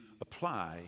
apply